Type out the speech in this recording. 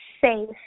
safe